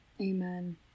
Amen